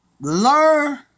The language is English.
Learn